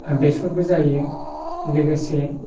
बेसरबो जायो लोगोसे